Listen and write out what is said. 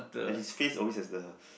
and his face always has the